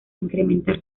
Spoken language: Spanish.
incrementar